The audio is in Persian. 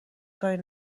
کاری